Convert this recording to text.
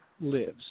lives